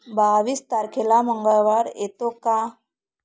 बावीस तारखेला मंगळवार येतो का